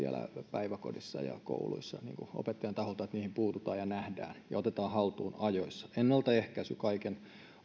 päiväkodeissa ja kouluissa opettajan taholta että puututaan ja nähdään ja otetaan haltuun ajoissa ennaltaehkäisy on kaiken a ja o